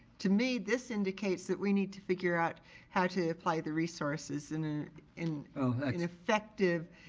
to me, this indicates that we need to figure out how to apply the resources in ah in an effective,